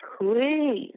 please